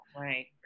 Right